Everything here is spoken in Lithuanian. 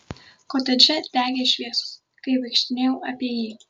kotedže degė šviesos kai vaikštinėjau apie jį